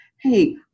hey